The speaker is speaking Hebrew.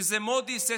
שזה מוד'יס,